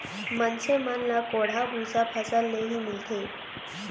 मनसे मन ल कोंढ़ा भूसा फसल ले ही मिलथे